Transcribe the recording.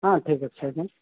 ହଁ ଠିକ୍ ଅଛି ଆଜ୍ଞା